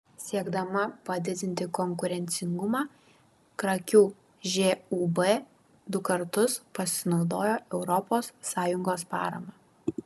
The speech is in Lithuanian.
siekdama padidinti konkurencingumą krakių žūb du kartus pasinaudojo europos sąjungos parama